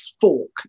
fork